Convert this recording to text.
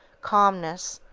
calmness,